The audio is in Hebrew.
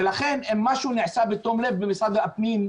ולכן אם משהו נעשה בתום לב במשרד הפנים,